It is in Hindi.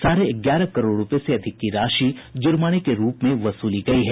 साढ़े ग्यारह करोड़ रूपये से अधिक की राशि ज़र्माने के रूप में वसूली गयी है